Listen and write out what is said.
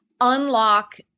unlock